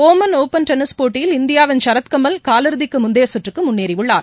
Oman open tennis போட்டியில் இந்தியாவின் சரத்கமல் கால் இறுதிக்கு முந்தைய சுற்றுக்கு முன்னேறியுள்ளார்